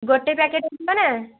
ଗୋଟେ ପ୍ୟାକେଟ୍ ହେଇଯିବ ନା